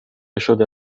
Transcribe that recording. شده